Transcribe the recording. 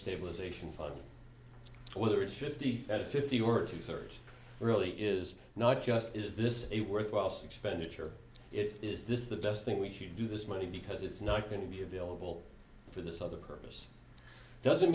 stabilization fund whether it's fifty fifty or if you search really is not just is this a worthwhile six spend it or it is this is the best thing we should do this money because it's not going to be available for this other purpose doesn't